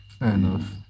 enough